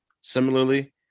similarly